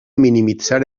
minimitzar